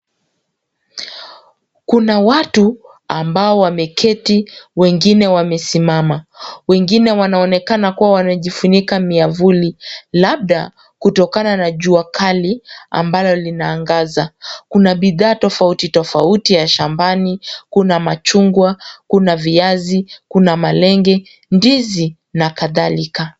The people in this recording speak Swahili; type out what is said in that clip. Kuna watu ambao wameketi wengine wamesimama. Wengine wanaonekana kuwa wanajifunika miavuli labda kutokana na jua kali ambalo linaangaza. Kuna bidhaa tofauti tofauti ya shamba, kuna machungwa, kuna viazi, kuna malenge, ndizi na kadhalika.